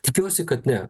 tikiuosi kad ne